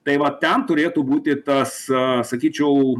tai va ten turėtų būti tas sakyčiau